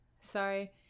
Sorry